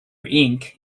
ink